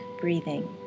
breathing